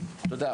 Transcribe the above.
אוקיי, תודה.